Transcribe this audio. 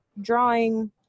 drawing